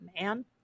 man